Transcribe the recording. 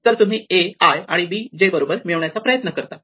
तर तुम्ही a i आणि b j बरोबर मिळविण्याचा प्रयत्न करतात